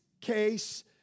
case